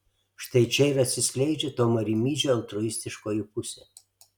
štai čia ir atsiskleidžia tomo rimydžio altruistiškoji pusė